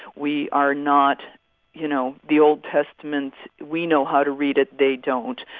we are not you know, the old testament, we know how to read it, they don't.